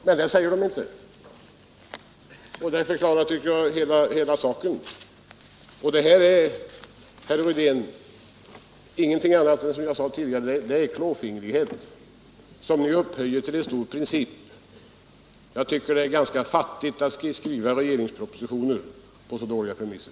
Men det säger inte bankinspektionen. Och det tycker jag belyser hela saken. Det här är, som jag sade tidigare, herr Rydén, ingenting annat än klåfingrighet som ni upphöjer till en stor princip. Jag tycker det är ganska fattigt att skriva regeringspropositioner på så dåliga premisser.